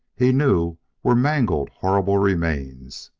he knew, were mangled, horrible remains.